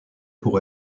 pour